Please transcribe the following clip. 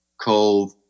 cove